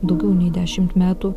daugiau nei dešimt metų